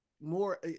more